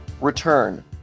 return